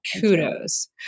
kudos